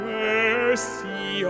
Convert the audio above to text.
mercy